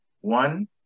One